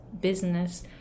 business